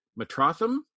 Matrotham